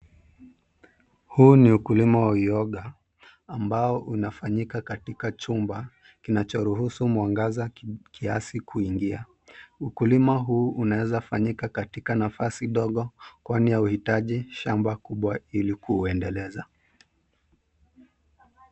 Huu ni ukulima wa uyoga ambao unafanyika katika chumba kinachoruhusu mwangaza kiasi kuingia. Ukulima huu unaweza fanyika katika nafasi ndogo kwani hauhitaji shamba kubwa ili kuuendeleza.